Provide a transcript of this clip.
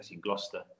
Gloucester